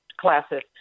classes